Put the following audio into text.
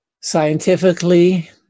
Scientifically